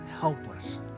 helpless